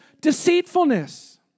deceitfulness